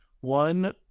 One